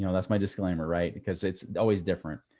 you know that's my disclaimer, right? because it's always different.